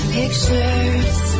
pictures